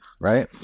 right